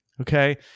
Okay